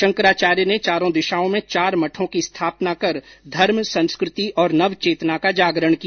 शंकराचार्य ने चारों दिशाओं में चार मठों की स्थापना कर धर्म संस्कृति और नव चेतना का जागरण किया